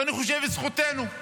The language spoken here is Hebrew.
ואני חושב שזכותנו.